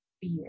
fear